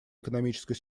экономической